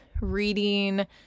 reading